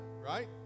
right